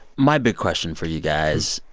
my big question for you guys.